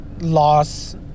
loss